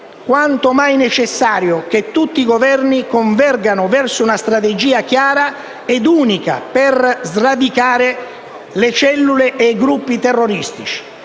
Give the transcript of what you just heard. quanto mai necessario che tutti i Governi convergano verso una strategia chiara e unica per sradicare le cellule e i gruppi terroristici.